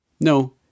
No